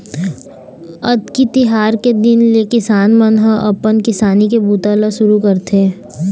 अक्ती तिहार के दिन ले किसान मन ह अपन किसानी के बूता ल सुरू करथे